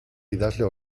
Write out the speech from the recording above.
idazle